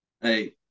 Hey